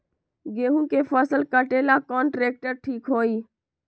गेहूं के फसल कटेला कौन ट्रैक्टर ठीक होई?